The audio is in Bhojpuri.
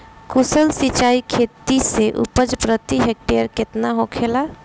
कुशल सिंचाई खेती से उपज प्रति हेक्टेयर केतना होखेला?